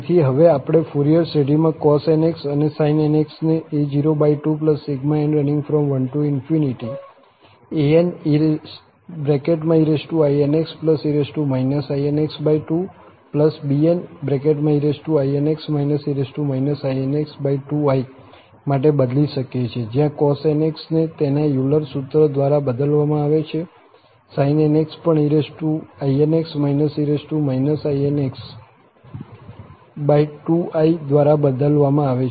તેથી હવે આપણે ફુરિયર શ્રેઢીમાં cos⁡nx અને sin⁡nx ને a02∑n1 aneinxe inx2bneinx e inx2i માટે બદલી શકીએ છીએ જ્યાં cos⁡nx ને તેના યુલર સૂત્ર દ્વારા બદલવામાં આવે છે sin⁡nx પણ einx e inx2i દ્વારા બદલવામાં આવે છે